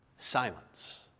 Silence